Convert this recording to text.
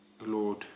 Lord